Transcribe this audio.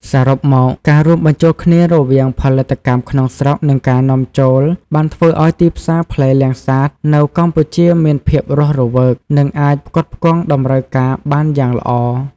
សរុបមកការរួមបញ្ចូលគ្នារវាងផលិតកម្មក្នុងស្រុក និងការនាំចូលបានធ្វើឲ្យទីផ្សារផ្លែលាំងសាតនៅកម្ពុជាមានភាពរស់រវើក និងអាចផ្គត់ផ្គង់តម្រូវការបានយ៉ាងល្អ។